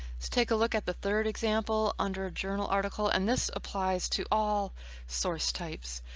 let's take a look at the third example under a journal article. and this applies to all source types.